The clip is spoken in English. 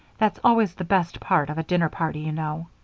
that's always the best part of a dinner party, you know.